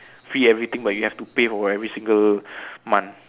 free everything but you have to pay for every single month